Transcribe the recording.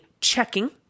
checking